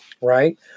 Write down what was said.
Right